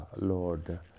lord